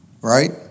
Right